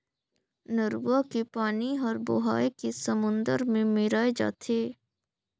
नरूवा के पानी हर बोहाए के समुन्दर मे मेराय जाथे